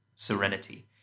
serenity